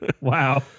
Wow